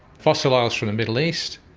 fossil oils from the middle east,